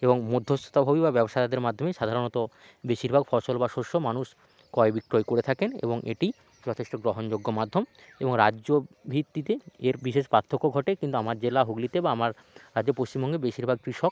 এবং মধ্যস্বত্বভোগী বা ব্যবসায়ীদের মাধ্যমেই সাধারণত বেশীরভাগ ফসল বা শস্য মানুষ কয় বিক্রয় করে থাকেন এবং এটি যথেষ্ট গ্রহণযোগ্য মাধ্যম এবং রাজ্য ভিত্তিতে এর বিশেষ ঘটে কিন্তু আমার জেলা হুগলিতে বা আমার রাজ্যে পশ্চিমবঙ্গে বেশিরভাগ কৃষক